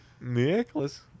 Nicholas